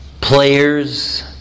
players